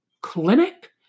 clinic